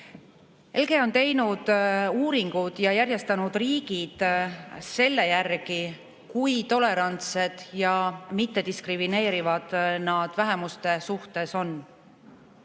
ILGA on teinud uuringud ja järjestanud riigid selle järgi, kui tolerantsed ja mittediskrimineerivad nad vähemuste suhtes on.